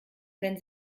wenn